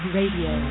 Radio